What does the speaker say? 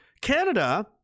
Canada